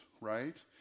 right